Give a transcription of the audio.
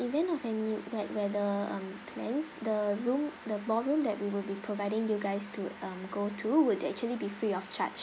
event of any wer weather um plans the room the ballroom that we will be providing you guys to um go to would actually be free of charge